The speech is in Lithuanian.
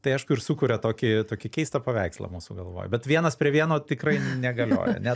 tai aišku ir sukuria tokį tokį keistą paveikslą mūsų galvoj bet vienas prie vieno tikrai negalioja ne